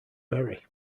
berry